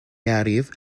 arrive